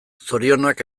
zorionak